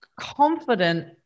confident